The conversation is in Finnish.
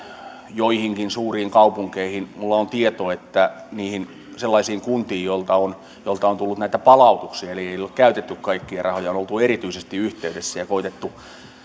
joihinkin suuriin kaupunkeihin minulla on tieto että niihin sellaisiin kuntiin joilta on joilta on tullut palautuksia eli ei ole käytetty kaikkia rahoja on oltu erityisesti yhteydessä ja koetettu